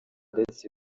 ndetse